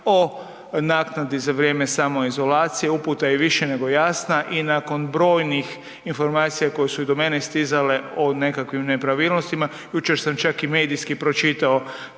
o naknadi za vrijeme samoizolacije, uputa je više nego jasna i nakon brojnih informacijama koje su i do mene stizale o nekakvim nepravilnostima, jučer sam čak i medijski pročitao